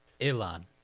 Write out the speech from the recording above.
Elon